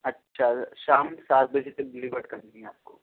اچھا شام میں سات بجے سے ڈلیورڈ کرنی ہے آپ کو